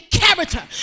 character